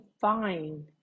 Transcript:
fine